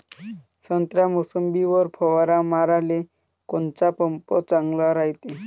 संत्रा, मोसंबीवर फवारा माराले कोनचा पंप चांगला रायते?